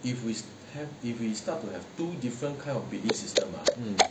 mm